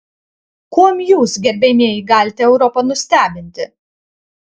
kuom jūs gerbiamieji galite europą nustebinti